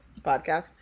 podcast